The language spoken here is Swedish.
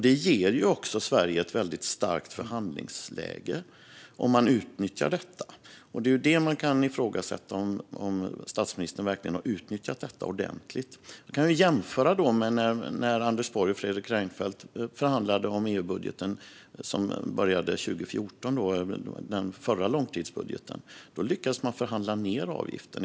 Det ger Sverige ett starkt förhandlingsläge - om man utnyttjar det. Det är detta som kan ifrågasättas, det vill säga om statsministern verkligen har utnyttjat detta ordentligt. Man kan jämföra med när Anders Borg och Fredrik Reinfeldt medverkade i förhandlingarna om den förra långtidsbudgeten för EU, vilka startade 2014. Då lyckades de förhandla ned avgiften.